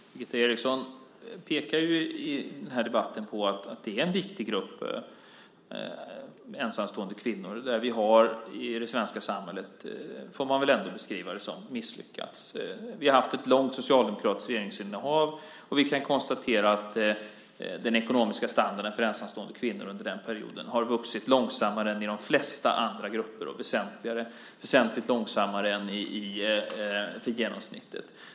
Fru talman! Birgitta Eriksson pekar i den här debatten på att ensamstående kvinnor är en viktig grupp där vi i det svenska samhället, får man väl ändå beskriva det som, har misslyckats. Vi har haft ett långt socialdemokratiskt regeringsinnehav, och vi kan konstatera att den ekonomiska standarden för ensamstående kvinnor under den perioden har vuxit långsammare än i de flesta andra grupper och väsentligt långsammare än i genomsnittet.